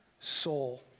soul